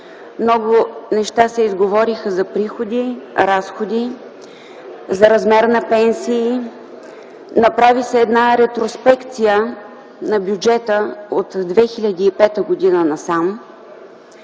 Много неща се изговориха за приходи, разходи, за размера на пенсиите, направи се ретроспекция на бюджета от 2005 г. насам.